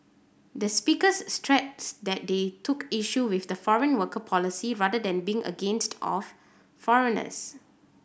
the speakers stressed that they took issue with the foreign worker policy rather than being against of foreigners